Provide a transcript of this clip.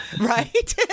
Right